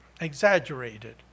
exaggerated